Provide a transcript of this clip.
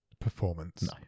performance